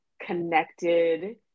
connected